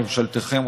ממשלתכם,